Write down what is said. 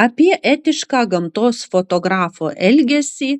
apie etišką gamtos fotografo elgesį